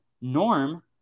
norm